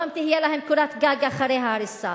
לא אם תהיה להם קורת גג אחרי ההריסה.